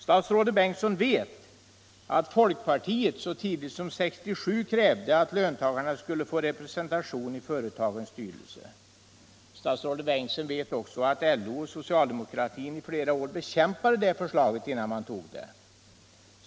Statsrådet Bengtsson vet att folkpartiet så tidigt som 1967 krävde att löntagarna skulle få representation i företagens styrelser. Statsrådet Bengtsson vet likaså att LO och socialdemokratin i flera år bekämpade det förslaget innan man tog upp det.